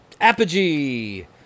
Apogee